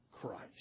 Christ